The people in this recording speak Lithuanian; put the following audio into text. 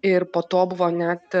ir po to buvo net